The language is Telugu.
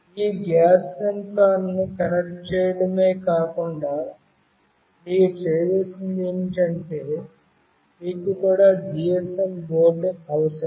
ఈ గ్యాస్ సెన్సార్ను కనెక్ట్ చేయడమే కాకుండా మీరు చేయవలసింది ఏమిటంటే మీకు కూడా GSM బోర్డు అవసరం